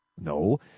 No